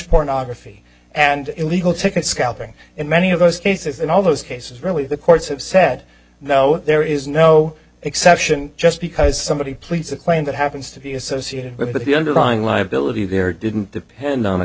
pornography and illegal ticket scalping in many of those cases and all those cases really the courts have said no there is no exception just because somebody please explain that happens to be associated with the underlying liability there didn't depend on a